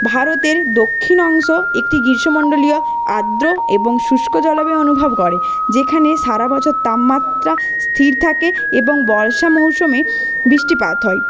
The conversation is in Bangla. ভারতের দক্ষিণ অংশ একটি গ্রীষ্ম মণ্ডলীয় আর্দ্র এবং শুষ্ক জলবায়ু অনুভব করে যেখানে সারা বছর তাপমাত্রা স্থির থাকে এবং বর্ষা মরশুমে বৃষ্টিপাত হয়